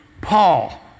Paul